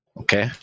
okay